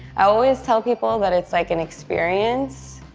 i always tell people that it's, like, an experience.